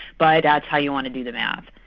but that's how you want to do the maths,